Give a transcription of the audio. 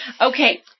Okay